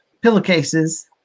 pillowcases